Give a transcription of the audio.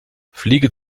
fliege